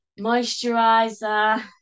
Moisturizer